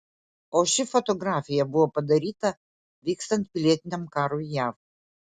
o ši fotografija buvo padaryta vykstant pilietiniam karui jav